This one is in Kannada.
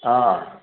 ಆಂ